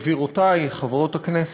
גבירותי חברות הכנסת,